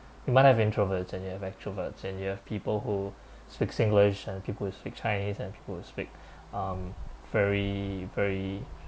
you might have introverts and you have extroverts and you have people who speaks english and people who speak chinese and people who speak um very very